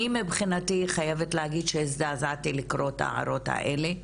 אני מבחינתי חייבת להגיד שהזדעזעתי לקרוא את ההערות האלה,